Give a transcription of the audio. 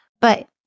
But-